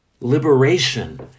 Liberation